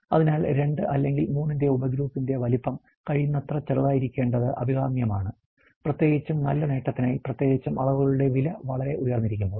അതിനാൽ 2 അല്ലെങ്കിൽ 3 ന്റെ ഉപഗ്രൂപ്പിന്റെ വലുപ്പം കഴിയുന്നത്ര ചെറുതായിരിക്കേണ്ടത് അഭികാമ്യമാണ് പ്രത്യേകിച്ചും നല്ല നേട്ടത്തിനായി പ്രത്യേകിച്ചും അളവുകളുടെ വില വളരെ ഉയർന്നിരിക്കുമ്പോൾ